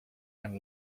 and